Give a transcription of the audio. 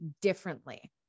differently